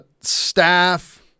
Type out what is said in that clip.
staff